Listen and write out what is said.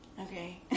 okay